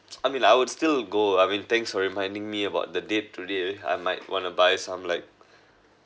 I mean I would still go I mean thanks for reminding me about the date today I might want to buy some like